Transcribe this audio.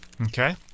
Okay